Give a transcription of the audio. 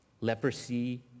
Leprosy